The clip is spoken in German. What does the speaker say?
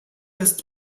ist